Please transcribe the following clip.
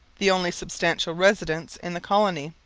the only substantial residence in the colony,